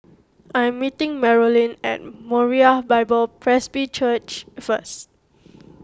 I am meeting Marolyn at Moriah Bible Presby Church first